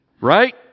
right